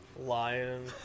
lion